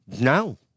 No